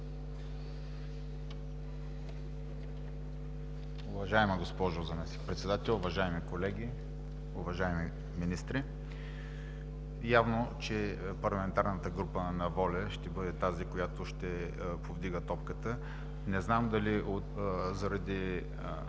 Уважаема госпожо Заместник-председател, уважаеми колеги, уважаеми министри! Явно, че Парламентарната група на „Воля“ ще бъде тази, която ще повдига топката, не знам дали заради